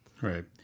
Right